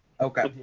Okay